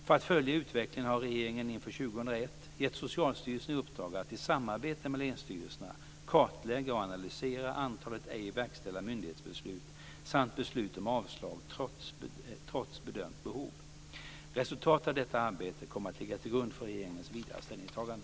För att följa utvecklingen har regeringen inför 2001 gett Socialstyrelsen i uppdrag att i samarbete med länsstyrelserna kartlägga och analysera antalet ej verkställda myndighetsbeslut samt beslut om avslag trots bedömt behov. Resultatet av detta arbete kommer att ligga till grund för regeringens vidare ställningstagande.